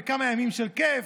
בכמה ימים של כיף,